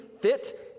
fit